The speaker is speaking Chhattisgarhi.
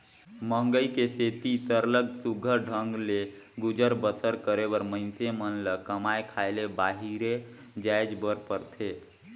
मंहगई के सेती सरलग सुग्घर ढंग ले गुजर बसर करे बर मइनसे मन ल कमाए खाए ले बाहिरे जाएच बर परथे